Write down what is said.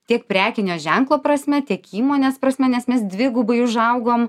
tiek prekinio ženklo prasme tiek įmonės prasme nes mes dvigubai užaugom